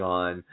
on